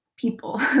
People